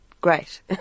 great